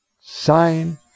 sign